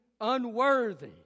unworthy